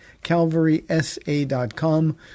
CalvarySA.com